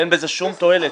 אין בזה שום תועלת.